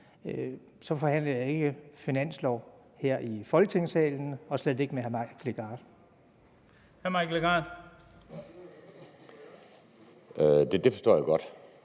Jeg forhandler ikke finanslov her i Folketingssalen og slet ikke med hr. Mike Legarth. Kl. 14:31 Den fg.